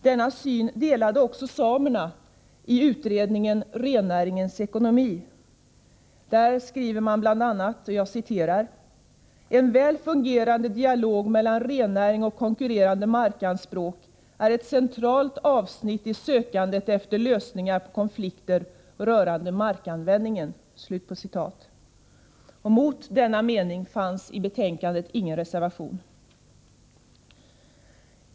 Denna syn delade också samerna i utredningen ”Rennäringens ekonomi”, där man bl.a. skrev: ”En väl fungerande dialog mellan rennäring och konkurrerande markanspråk är ett centralt avsnitt i sökandet efter lösningar på konflikter rörande markanvändningen.” Mot denna mening fanns i betänkandet ingen reservation.